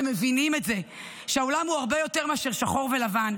הם מבינים את זה שהעולם הוא הרבה יותר מאשר שחור ולבן.